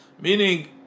Meaning